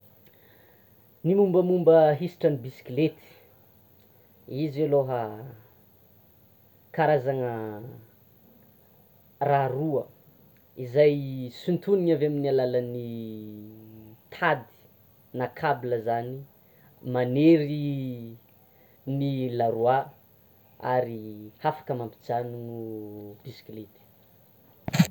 Ny mombamomba hisatra ny bisikileta, izy aloha karazana raha roa izay sintonina avy amin'ny alalan'ny tady na cable zany manery ny larôa ary hafaka mampijanona bisikileta.